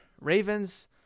Ravens